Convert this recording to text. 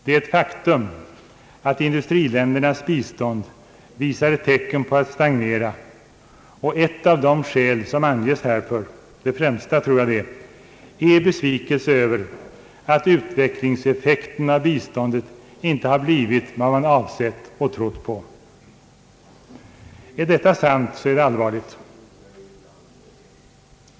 Det är ett faktum att industriländernas bistånd visar tecken på att stagnera, och ett av de skäl som anges härför, det främsta tror jag, är besvikelse över att utvecklingseffekten av biståndet inte har blivit vad man avsett och trott på. Är detta sant, så är det allvarligt.